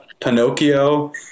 Pinocchio